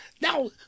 Now